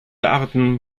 arten